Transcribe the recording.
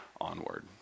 onward